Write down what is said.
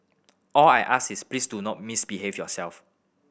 all I ask is please do not misbehave yourself